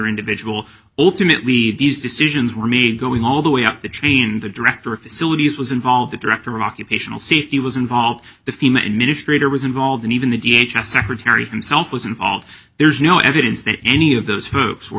individual ultimately these decisions were made going all the way up the chain the director of facilities was involved the director of occupational safety was involved the fema administrator was involved and even the d h l secretary himself was involved there's no evidence that any of those folks were